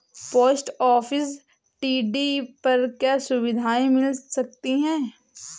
Post office TD पर क्या सुविधाएँ मिल सकती है?